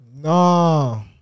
No